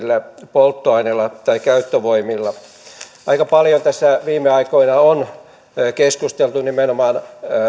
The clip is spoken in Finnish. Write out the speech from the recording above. polttoaineilla tai käyttövoimilla aika paljon tässä viime aikoina on keskusteltu nimenomaan